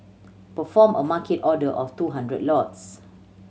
perform a Market order of two hundred lots